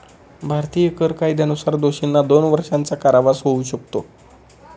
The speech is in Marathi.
भारतीय कर कायद्यानुसार दोषींना दोन वर्षांचा कारावास होऊ शकतो